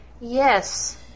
yes